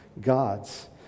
gods